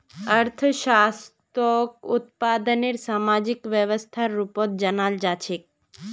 अर्थव्यवस्थाक उत्पादनेर सामाजिक व्यवस्थार रूपत जानाल जा छेक